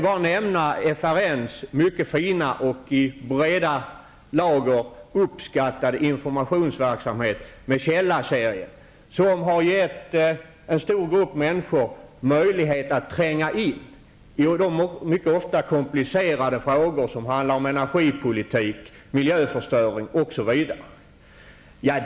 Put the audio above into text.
Låt mig nämna FRN:s mycket fina och i breda lager uppskattade informationsverksamhet med källaserier, som har gett en stor grupp människor möjlighet att tränga in i de mycket ofta komplicerade frågor som rör energipolitik, miljöförstöring, osv.